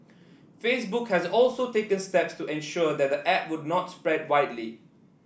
Facebook has also taken steps to ensure that the app would not spread widely